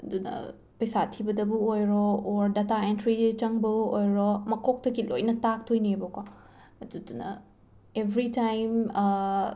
ꯑꯗꯨꯅ ꯄꯩꯁꯥ ꯊꯤꯕꯗꯕꯨ ꯑꯣꯏꯔꯣ ꯑꯣꯔ ꯗꯇꯥ ꯑꯦꯟꯇ꯭ꯔꯤ ꯆꯪꯕꯕꯨ ꯑꯣꯏꯔꯣ ꯃꯀꯣꯛꯇꯒꯤ ꯂꯣꯏꯅ ꯇꯥꯛꯇꯣꯏꯅꯣꯕꯀꯣ ꯑꯗꯨꯗꯨꯅ ꯑꯦꯕ꯭ꯔꯤꯇꯥꯏꯝ